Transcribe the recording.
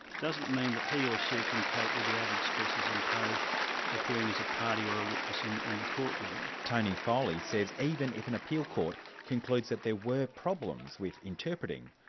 doesn't mean that he or she can cope with the added stresses imposed appearing as a party or a witness in in the courtroom. tony foley says even if an appeal court concludes that there were problems with interpreting,